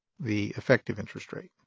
the effective interest rate.